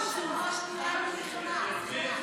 יסמין,